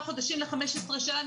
בוותק של בין מספר חודשים ל-15 שנה,